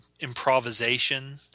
improvisation